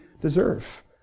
deserve